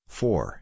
four